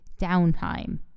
downtime